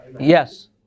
Yes